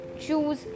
Choose